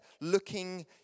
looking